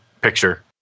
picture